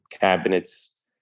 cabinets